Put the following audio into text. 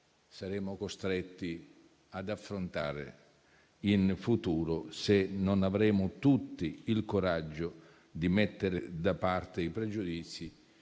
saremo costretti ad affrontare in futuro, se non avremo tutti il coraggio di mettere da parte i pregiudizi